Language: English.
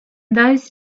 those